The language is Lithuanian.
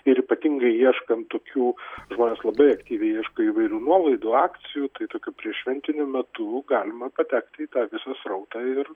ir ypatingai ieškant tokių žmonės labai aktyviai ieško įvairių nuolaidų akcijų tai tokiu prieššventiniu metu galima patekt į tą visą srautą ir